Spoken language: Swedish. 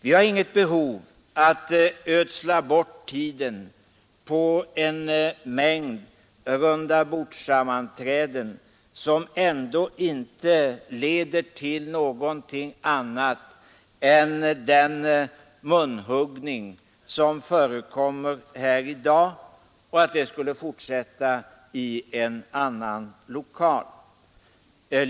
Vi har inget behov av att ödsla bort tiden på en mängd rundabordssammanträden, som ändå inte leder till någonting annat än att den munhuggning som förekommer här i dag fortsätter i en annan lokal.